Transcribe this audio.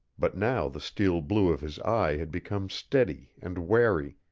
but now the steel blue of his eye had become steady and wary,